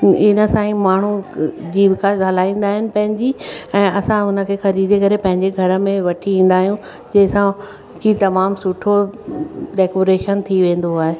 इन सां ई माण्हू जीविका हलाईंदा आहिनि पंहिंजी ऐं असां हुन खे ख़रीदे करे पंहिंजे घर में वठी ईंदा आहियूं जंहिंसां की तमामु सुठो डेकोरेशन थी वेंदो आहे